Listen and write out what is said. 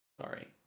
sorry